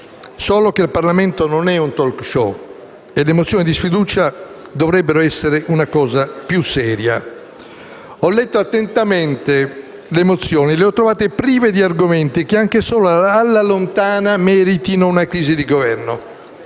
solo che il Parlamento non è un *talk* *show* e le mozioni di sfiducia dovrebbero essere una cosa più seria. Ho letto attentamente le mozioni e le ho trovate prive di argomenti che anche solo alla lontana meritino una crisi di Governo.